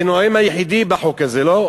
כנואם היחידי בחוק הזה, לא?